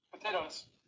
Potatoes